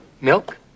Milk